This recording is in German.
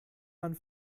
man